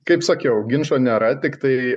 kaip sakiau ginčo nėra tiktai